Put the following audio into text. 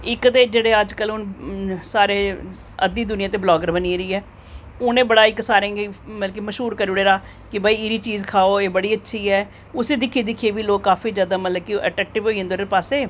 इक्क ते जेह्ड़े अज्जकल हून सारे अद्धी दूनिया ते ब्लॉगर बनी गेदी ऐ उनें बड़ा इक्क सारें गी मतलब की मशहूर करी ओड़दा की भई एह् चीज़ खाओ एह् बड़ी अच्छी ऐ उसी दिक्खी दिक्खियै बी मतलब की काफी लोग होई जंदे अट्रेक्टिव ओह्दे पास्सै